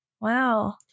Wow